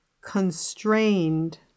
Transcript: constrained